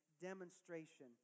demonstration